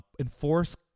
enforce